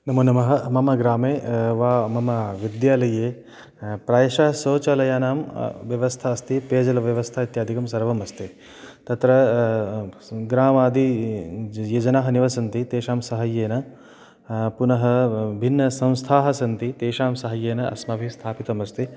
नमो नमः मम ग्रामे वा मम विद्यालये प्रायशः शौचालयानां व्यवस्था अस्ति पेयजलव्यवस्था इत्यादिकं सर्वमस्ति तत्र ग्रामादि ये जनाः निवसन्ति तेषां साहाय्येन पुनः भिन्नसंस्थाः सन्ति तेषां साहाय्येन अस्माभिः स्थापितमस्ति